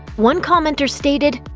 one commenter stated,